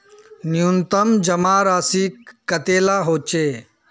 न्यूनतम जमा राशि कतेला होचे?